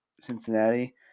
Cincinnati